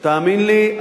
תאמין לי,